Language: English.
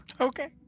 Okay